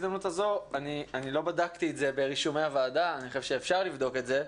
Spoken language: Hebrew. אני לא בדקתי את זה ברישומי הוועדה אני חושב שאפשר לבדוק את זה,